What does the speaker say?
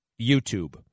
YouTube